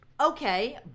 Okay